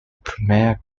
premier